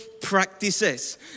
practices